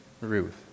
Ruth